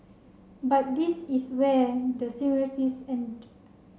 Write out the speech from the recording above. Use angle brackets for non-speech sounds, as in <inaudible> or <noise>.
but this is where the <unintelligible> end